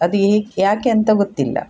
ಅದು ಈ ಯಾಕೆ ಅಂತ ಗೊತ್ತಿಲ್ಲ